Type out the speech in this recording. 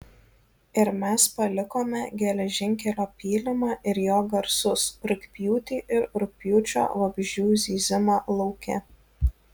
ir mes palikome geležinkelio pylimą ir jo garsus rugpjūtį ir rugpjūčio vabzdžių zyzimą lauke